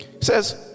Says